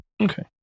Okay